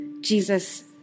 Jesus